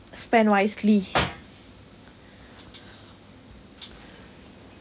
spend wisely